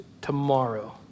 tomorrow